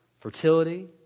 fertility